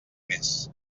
més